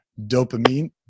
dopamine